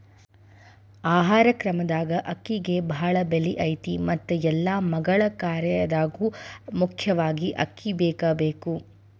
ಆಹಾರ ಕ್ರಮದಾಗ ಅಕ್ಕಿಗೆ ಬಾಳ ಬೆಲೆ ಐತಿ ಮತ್ತ ಎಲ್ಲಾ ಮಗಳ ಕಾರ್ಯದಾಗು ಮುಖ್ಯವಾಗಿ ಅಕ್ಕಿ ಬೇಕಬೇಕ